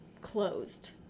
closed